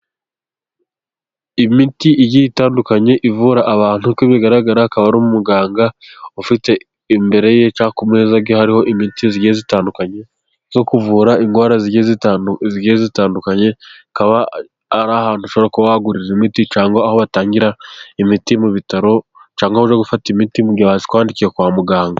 Imiti igiye itandukanye ivura abantu, uko bigaragara akaba ari umuganga ufite imbere ye cyangwa ku meza ye hariho imiti igiye itandukanye yo kuvura indwara zigiye zitandukanye, akaba ari ahantu ushobora kuba wagurira imiti cyangwa aho batangira imiti mu bitaro, cyangwa no gufata imiti mu gihe bayikwandikiye kwa muganga.